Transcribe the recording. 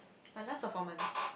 my last performance